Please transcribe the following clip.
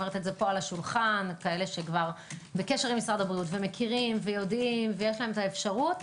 כאלה שכבר בקשר עם משרד הבריאות ומכירים ויש להם האפשרות.